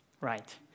Right